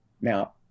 now